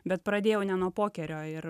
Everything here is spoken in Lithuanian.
bet pradėjau ne nuo pokerio ir